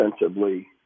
defensively